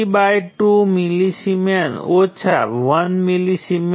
તેથી નોડ 2 માંથી વહેતો કરંટ G છે અને આપણી પાસે G G હશે